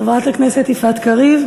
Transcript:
חברת הכנסת יפעת קריב,